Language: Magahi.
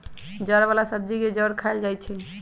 जड़ वाला सब्जी के जड़ खाएल जाई छई